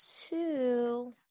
Two